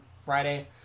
Friday